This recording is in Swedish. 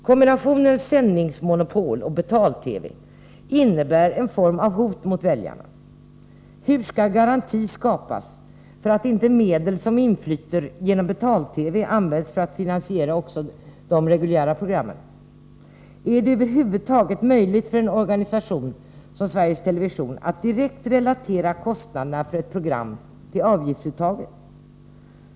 Kombinationen sändningsmonopol och betal-TV innebär ett hot mot väljarna. Hur skall garanti skapas för att inte medel som inflyter geom betal-TV används för att finansiera också de reguljära programmen? Är det över huvud taget möjligt för en organisation som Sveriges Television att direkt relatera kostnaderna för ett program till avgiftsuttaget?